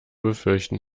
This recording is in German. befürchten